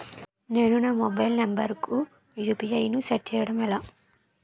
నేను నా mobile number కుయు.పి.ఐ ను సెట్ చేయడం ఎలా?